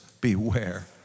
Beware